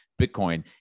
Bitcoin